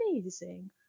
amazing